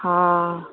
हा